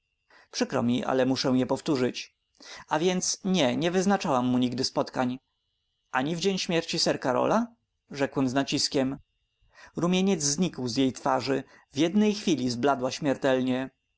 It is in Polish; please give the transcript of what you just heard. przykro mi ale muszę je powtórzyć a więc nie nie wyznaczałam mu nigdy spotkań ani w dzień śmierci sir karola rzekłem z naciskiem rumieniec znikł z jej twarzy w jednej chwili zbladła śmiertelnie